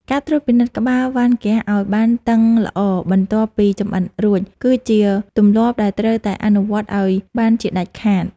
ការត្រួតពិនិត្យក្បាលវ៉ានហ្គាសឱ្យបានតឹងល្អបន្ទាប់ពីចម្អិនរួច គឺជាទម្លាប់ដែលត្រូវតែអនុវត្តឱ្យបានជាដាច់ខាត។